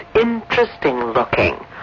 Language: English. interesting-looking